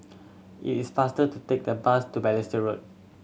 it is faster to take the bus to Balestier Road